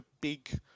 big